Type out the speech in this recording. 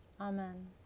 Amen